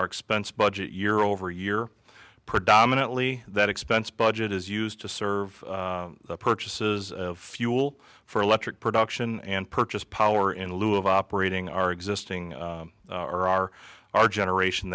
our expense budget year over year predominantly that expense budget is used to serve the purchases of fuel for electric production and purchase power in lieu of operating our existing or our our generation